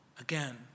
again